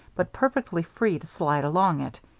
but perfectly free to slide along it,